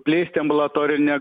plėsti ambulatorinę